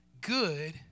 good